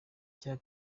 icya